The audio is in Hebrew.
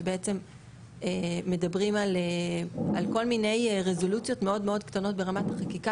שבעצם מדברים על כל מיני רזולוציות מאוד מאוד קטנות ברמת החקיקה,